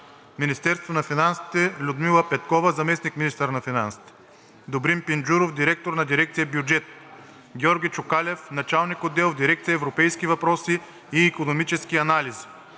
Министерството на финансите: Людмила Петкова – заместник-министър на финансите; Добрин Пинджуров – директор на дирекция „Бюджет“; Георги Чукалев – началник отдел в дирекция „Европейски въпроси и икономически анализи“;